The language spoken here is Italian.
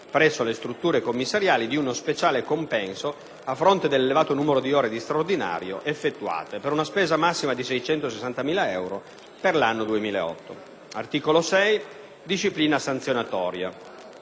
presso le strutture commissariali di uno speciale compenso a fronte dell'elevato numero di ore di straordinario effettuate, per una spesa massima di 660.000 euro per l'anno 2008. L'articolo 6 riguarda la disciplina sanzionatoria,